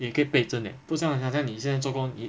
你可以被增 leh 不像你好像你现在做工一